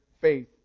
faith